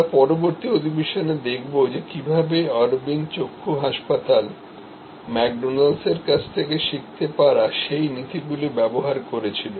আমরা পরবর্তী অধিবেশনে দেখব যে কীভাবে Aravind চক্ষু হাসপাতাল ম্যাকডোনাল্ডসের কাছ থেকে শিখতে পারাসেই নীতিগুলি ব্যবহার করেছিল